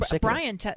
Brian